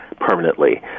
permanently